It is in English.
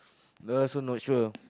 that one also not sure